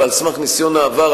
ועל סמך ניסיון העבר,